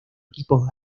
equipos